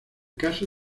caso